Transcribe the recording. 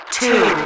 two